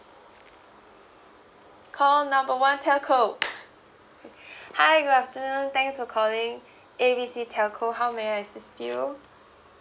call number one telco hi good afternoon thanks for calling A B C telco how may I assist you